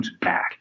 back